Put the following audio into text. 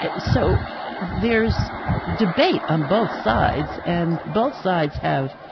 ah so there is debate on both sides, and both sides have